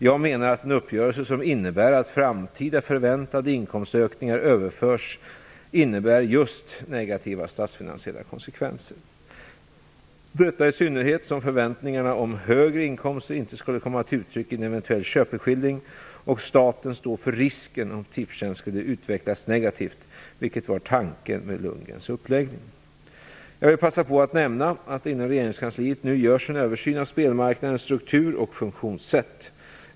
Jag menar att en uppgörelse som innebär att framtida förväntade inkomstökningar överförs innebär just negativa statsfinansiella konsekvenser, detta i synnerhet som förväntningarna om högre inkomster inte skulle komma till uttryck i en eventuell köpeskilling, och staten står för risken om Tipstjänst skulle utvecklas negativt, vilket var tanken med Bo Jag vill passa på att nämna att det inom regeringskansliet nu görs en översyn av spelmarknadens struktur och funktionssätt.